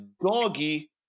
doggy